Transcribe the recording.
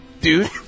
dude